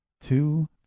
two